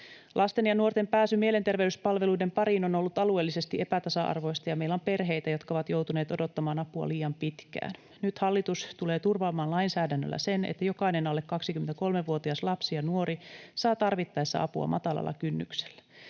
Lasten ja nuorten pääsy mielenterveyspalveluiden pariin on ollut alueellisesti epätasa-arvoista, ja meillä on perheitä, jotka ovat joutuneet odottamaan apua liian pitkään. Nyt hallitus tulee turvaamaan lainsäädännöllä sen, että jokainen alle 23-vuotias lapsi ja nuori saa tarvittaessa apua matalalla kynnyksellä.